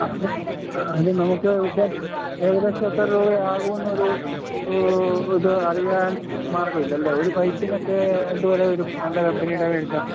അതെ അത് നമുക്ക് ഉദ്ദേശം ഏകദേശം എത്ര രൂപയാകുമെന്നൊരു ഇത് അറിയാൻ മാർഗ്ഗമില്ലല്ലേ ഒരു പൈപ്പിനൊക്കെ എന്ത് വിലവരും നല്ല കമ്പനിയുടേത് മേടിച്ചാല്